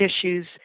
issues